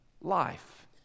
life